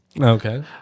Okay